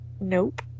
Nope